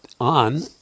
on